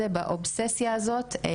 אם זה מצלמות מעקב,